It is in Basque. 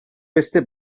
beste